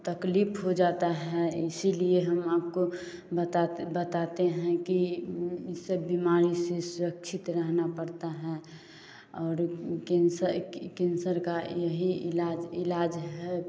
तकलीफ हो जाती है इसीलिए हम आपको बताते बताते हैं कि यह सब बीमारी से सुरक्षित रहना पड़ता है और कैंसर कैंसर का यही इलाज इलाज है